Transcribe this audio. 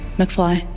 mcfly